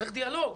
צריך דיאלוג.